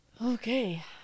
Okay